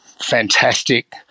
fantastic